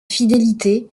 fidélité